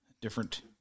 Different